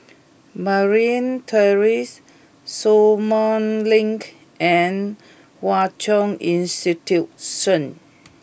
Merryn Terrace Sumang Link and Hwa Chong Institution